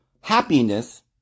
happiness